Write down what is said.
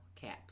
caps